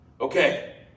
Okay